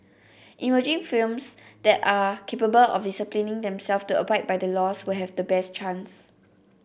emerging firms that are capable of disciplining themselves to abide by the laws will have the best chance